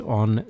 on